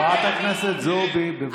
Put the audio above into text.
חברת הכנסת זועבי, בבקשה.